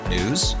News